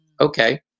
Okay